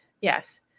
yes